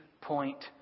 point